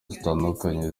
zitandukanye